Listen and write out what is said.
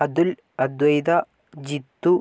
Adul Advaitha Jithu